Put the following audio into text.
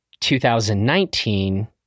2019